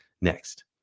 next